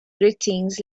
greetings